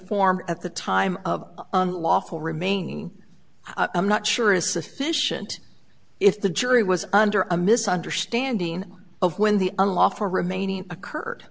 formed at the time of unlawful remaining i'm not sure is sufficient if the jury was under a misunderstanding of when the unlawful remaining occurred